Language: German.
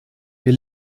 wir